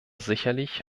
sicherlich